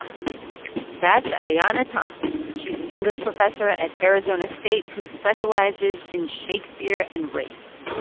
that's ayanna thompson. she's an english professor at arizona state who specializes in shakespeare and race